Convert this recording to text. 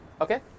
okay